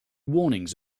warnings